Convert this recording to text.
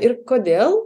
ir kodėl